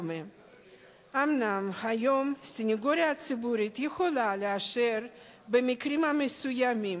אומנם היום סניגוריה ציבורית יכולה לאשר במקרים מסוימים